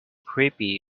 creepy